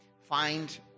Find